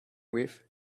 with